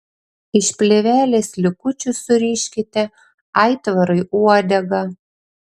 iš plėvelės likučių suriškite aitvarui uodegą